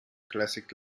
classic